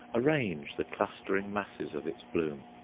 arrange the clustering masses of its bloom?